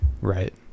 right